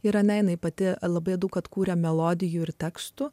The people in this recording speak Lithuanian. yra ne jinai pati ala bėdų kad kūrė melodijų ir tekstų